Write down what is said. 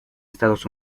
estados